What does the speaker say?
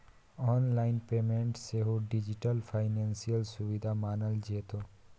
online payment सेहो digital financial सुविधा मानल जेतै